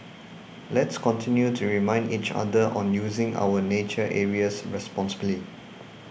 let's continue to remind each other on using our nature areas responsibly